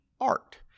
art